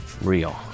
Real